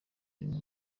nimwe